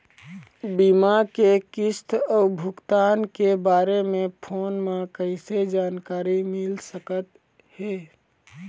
बीमा के किस्त अऊ भुगतान के बारे मे फोन म कइसे जानकारी मिल सकत हे?